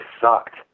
sucked